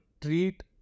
treat